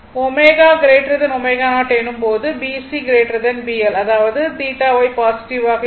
ω ω0 எனும் போது BC BL அதாவது θY பாசிட்டிவ் ஆக இருக்கும்